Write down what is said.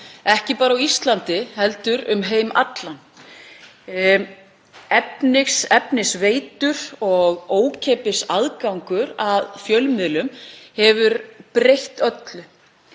ekki bara á Íslandi heldur um heim allan. Efnisveitur og ókeypis aðgangur að fjölmiðlum hafa breytt öllu.